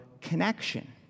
connection